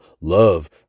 Love